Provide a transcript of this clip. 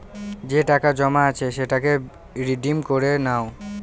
যে টাকা জমা আছে সেটাকে রিডিম করে নাও